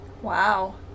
Wow